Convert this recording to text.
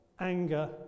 anger